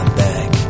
back